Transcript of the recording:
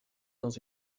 dans